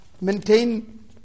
maintain